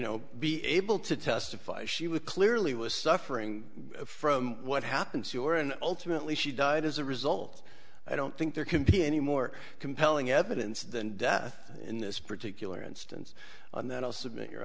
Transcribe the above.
know be able to testify she would clearly was suffering from what happened sooner and ultimately she died as a result i don't think there can be any more compelling evidence than death in this particular instance and then i'll submit your